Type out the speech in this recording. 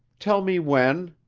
tell me when?